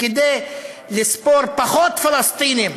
כדי לספור פחות פלסטינים,